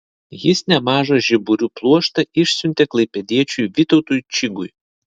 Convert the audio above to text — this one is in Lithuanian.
jis nemažą žiburių pluoštą išsiuntė klaipėdiečiui vytautui čigui